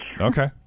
Okay